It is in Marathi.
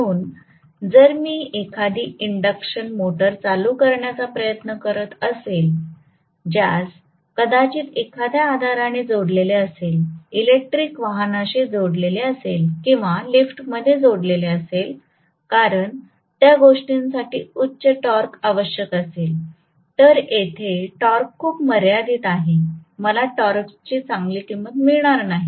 म्हणून जर मी एखादि इंडक्शन मोटर चालू करण्याचा प्रयत्न करीत असेल ज्यास कदाचित एखाद्या आधाराने जोडलेले असेल इलेक्ट्रिक वाहनाशी जोडलेले असेल किंवा लिफ्टमध्ये जोडलेले असेल कारण त्या गोष्टींसाठी उच्च टॉर्क आवश्यक असेल तर येथे टॉर्क खूप मर्यादित आहे मला टॉर्कची चांगली किंमत मिळणार नाही